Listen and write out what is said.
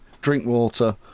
Drinkwater